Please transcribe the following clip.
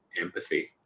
empathy